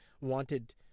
wanted